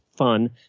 fun